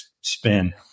spin